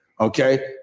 Okay